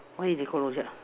why is it Call Rojak